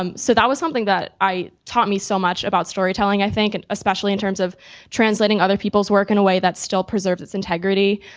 um so that was something that taught me so much about storytelling, i think, and especially in terms of translating other people's work in a way that still preserves its integrity,